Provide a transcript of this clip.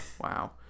wow